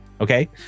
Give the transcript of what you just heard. Okay